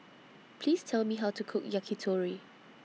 Please Tell Me How to Cook Yakitori